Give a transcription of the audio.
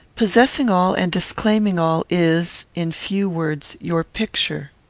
possessing all and disclaiming all is, in few words, your picture.